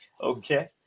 okay